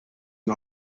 and